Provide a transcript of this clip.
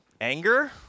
Anger